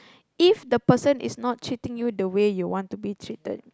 if the person is not treating you the way you want to be treated